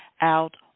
out